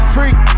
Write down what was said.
Freak